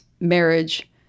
marriage